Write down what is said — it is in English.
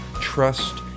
trust